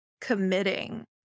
committing